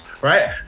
right